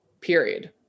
Period